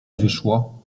wyszło